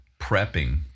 prepping